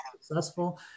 successful